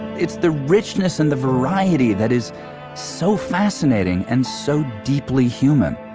it's the richness and the variety that is so fascinating and so deeply human